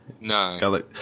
No